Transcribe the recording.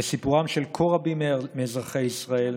וסיפורם של כה רבים מאזרחי ישראל,